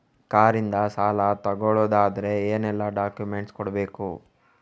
Car ಇಂದ ಸಾಲ ತಗೊಳುದಾದ್ರೆ ಏನೆಲ್ಲ ಡಾಕ್ಯುಮೆಂಟ್ಸ್ ಕೊಡ್ಬೇಕು?